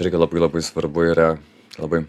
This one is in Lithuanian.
irgi labai labai svarbu yra labai